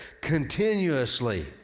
continuously